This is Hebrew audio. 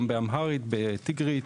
וגם באמהרית ובטיגרית,